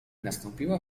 nastąpiła